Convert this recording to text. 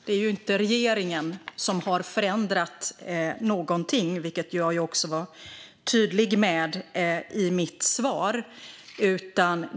Det är inte regeringen som har förändrat någonting, vilket jag också var tydlig med i mitt svar.